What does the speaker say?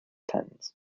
tens